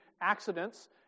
accidents